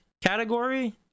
category